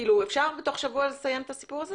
אפשר בתוך שבוע לסיים את הסיפור הזה?